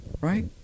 Right